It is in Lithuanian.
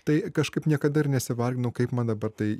tai kažkaip niekada ir nesivarginau kaip man dabar tai